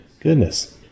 Goodness